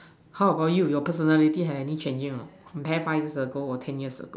how about you your personality had any changes a not compare to five years ago ten years ago